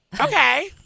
Okay